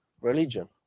Religion